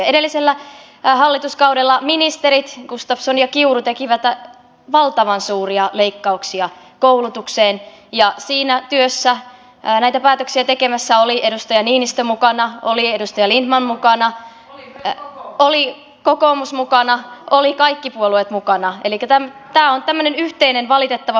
edellisellä hallituskaudella ministerit gustafsson ja kiuru tekivät valtavan suuria leikkauksia koulutukseen ja siinä työssä näitä päätöksiä tekemässä oli edustaja niinistö mukana oli edustaja lindtman mukana oli kokoomus mukana olivat kaikki puolueet mukana elikkä tämä on tämmöinen yhteinen valitettava huoli meillä nyt